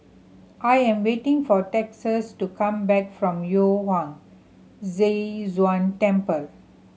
I am waiting for Texas to come back from Yu Huang Zhi Zun Temple